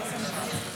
איזה מביך זה.